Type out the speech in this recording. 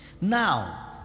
Now